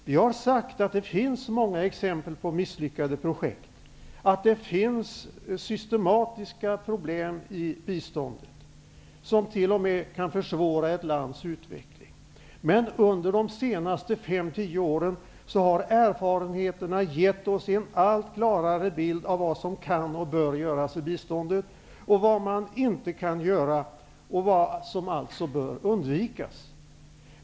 Vi har sagt att det finns många exempel på misslyckade projekt och att det finns systematiska problem i biståndet, som t.o.m. kan försvåra ett lands utveckling. Men under de senaste fem till tio åren har erfarenheterna gett oss en allt klarare bild av vad som kan och bör göras i biståndet och vad som inte kan göras, alltså vad som bör undvikas.